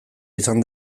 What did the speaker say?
izan